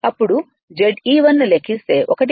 ఇప్పుడు Ze1 లెక్కిస్తే 1